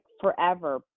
forever